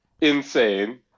insane